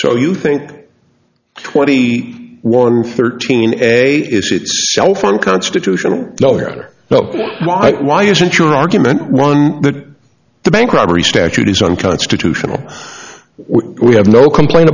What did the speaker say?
so you think twenty one thirteen eg a constitutional lawyer why why isn't your argument one that the bank robbery statute is unconstitutional we have no complain